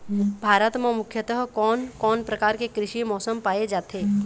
भारत म मुख्यतः कोन कौन प्रकार के कृषि मौसम पाए जाथे?